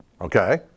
Okay